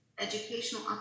educational